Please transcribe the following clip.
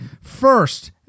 first